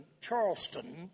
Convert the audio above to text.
Charleston